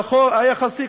היחסי,